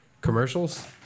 commercials